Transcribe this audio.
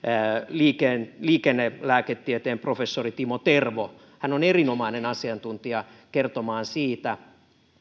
liikennelääketieteen professori timo tervo hän on erinomainen asiantuntija kertomaan siitä